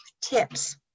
Tips